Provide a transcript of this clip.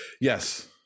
Yes